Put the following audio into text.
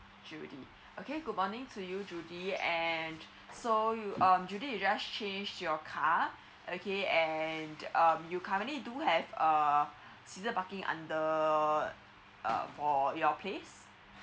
judy okay good morning to you judy and so you um judy you just change your car okay and um you currently do have uh season parking under uh for your place